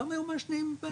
פעם היו מעשנים בטיסות.